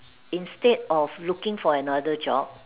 instead of looking for another job